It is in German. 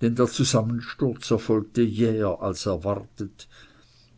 der zusammensturz erfolgte jäher als erwartet